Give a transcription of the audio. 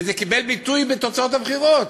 וזה קיבל ביטוי בתוצאות הבחירות.